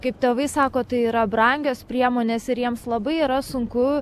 kaip tėvai sako tai yra brangios priemonės ir jiems labai yra sunku